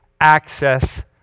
access